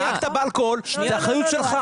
אם נהגת עם אלכוהול, זאת אחריות שלך.